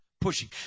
pushing